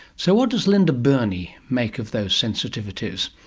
so what does linda burney make of those sensitivities?